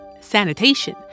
sanitation